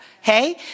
Hey